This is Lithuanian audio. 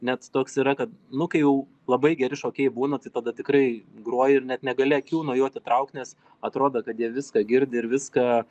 net toks yra kad nu kai jau labai geri šokėjai būna tai tada tikrai groji ir net negali akių nuo jų atitraukt nes atrodo kad jie viską girdi ir viską